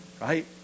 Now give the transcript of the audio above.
right